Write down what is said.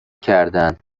کردهاند